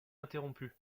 interrompu